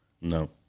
No